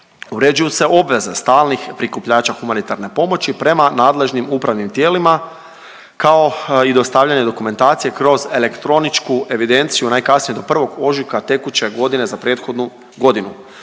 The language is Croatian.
Uređuju se obveze stalnih prikupljača humanitarne pomoći prema nadležnim upravnim tijelima, kao i dostavljanje dokumentacije kroz elektroničku evidenciju, najkasnije do 1. ožujka tekuće godine za prethodnu godinu.